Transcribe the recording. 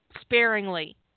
sparingly